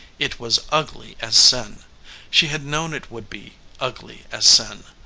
it was ugly as sin she had known it would be ugly as sin.